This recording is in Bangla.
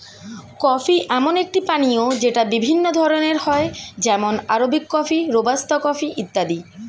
কফি এমন একটি পানীয় যেটা বিভিন্ন ধরণের হয় যেমন আরবিক কফি, রোবাস্তা কফি ইত্যাদি